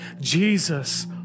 Jesus